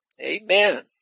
Amen